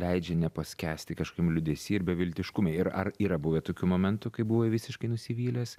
leidžia nepaskęsti kažkam liūdesy ir beviltiškume ir ar yra buvę tokių momentų kai buvai visiškai nusivylęs